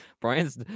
Brian's